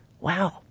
Wow